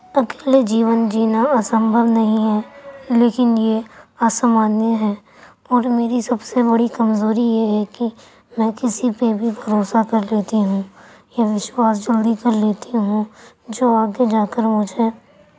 اکیلے جیون جینا اسمبھو نہیں ہے لیکن یہ اسمانیہ ہے اور میری سب سے بڑی کمزوری یہ ہے کہ میں کسی پہ بھی بھروسہ کر لیتی ہوں یا وشواس جلدی کر لیتی ہوں جو آگے جا کر مجھے